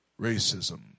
racism